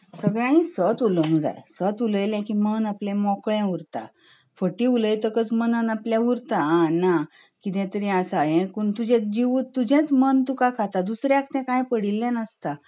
सगळ्यांनी सत उलोवंक जाय सत उलयलें की मन आपलें मोकळें उरता फटी उलयतकच मनांत आपल्या उरता आह ना कितें तरी आसा तुजें जीव तुजेंच मन तुका खाता दुसऱ्याक काय पडिल्लें नासता